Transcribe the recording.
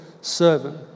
servant